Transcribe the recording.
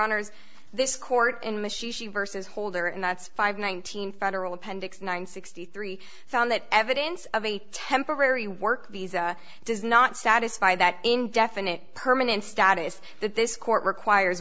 honors this court in machine versus holder and that's five nineteen federal appendix nine sixty three found that evidence of a temporary work visa does not satisfy that indefinite permanent status that this court requires